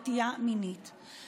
היא עומדת פה וקוראת טקסט, התקבלו.